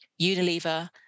Unilever